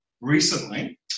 recently